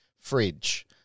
Fridge